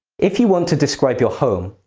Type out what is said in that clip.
if you want to describe your home,